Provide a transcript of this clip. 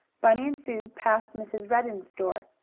bunny and sue passed mrs. redden's store.